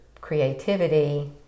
creativity